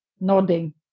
nodding